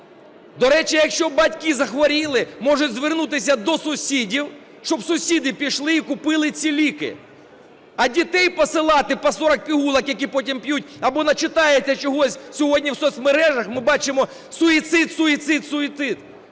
До речі, якщо батьки захворіли, можуть звернутися до сусідів, щоб сусіди пішли і купили ці ліки. А дітей посилати, по 40 пігулок які потім п'ють, або начитаються чогось сьогодні в соцмережах, ми бачимо – суїцид, суїцид, суїцид.